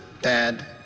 dad